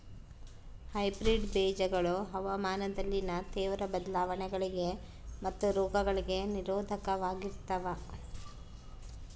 hybrid ಬೇಜಗಳು ಹವಾಮಾನದಲ್ಲಿನ ತೇವ್ರ ಬದಲಾವಣೆಗಳಿಗೆ ಮತ್ತು ರೋಗಗಳಿಗೆ ನಿರೋಧಕವಾಗಿರ್ತವ